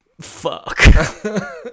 Fuck